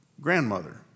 grandmother